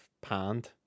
panned